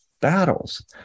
battles